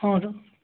ହଁ ତ